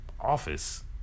office